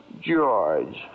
George